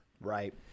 right